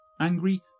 angry